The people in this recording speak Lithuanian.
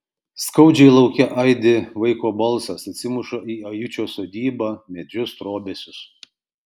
skaudžiai lauke aidi vaiko balsas atsimuša į ajučio sodybą medžius trobesius